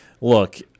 look